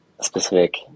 specific